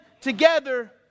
together